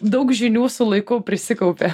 daug žinių su laiku prisikaupia